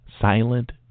silent